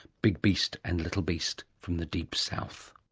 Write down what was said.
big beast and little beast from the deep south